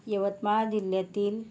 यवतमाळ जिल्ह्यातील